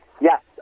yes